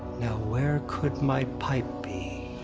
now where could my pipe be?